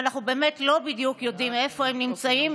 ואנחנו לא בדיוק יודעים איפה הם באמת נמצאים,